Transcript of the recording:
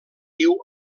diu